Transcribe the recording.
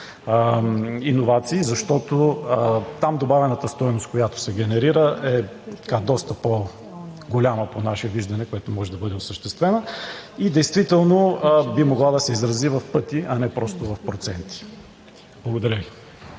иновации, защото там добавената стойност, която се генерира, е доста по-голяма по наше виждане, която може да бъде осъществена, и действително би могла да се изрази в пъти, а не просто в проценти. Благодаря.